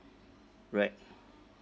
right